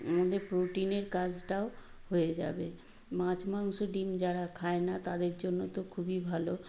এমনি প্রোটিনের কাজটাও হয়ে যাবে মাছ মাংস ডিম যারা খায় না তাদের জন্য তো খুবই ভালো